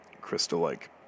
crystal-like